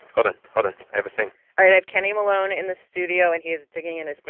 but but i have a thing all right. i have kenny malone in the studio, and he is digging in his but